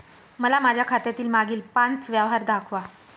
मला माझ्या खात्यातील मागील पांच व्यवहार दाखवा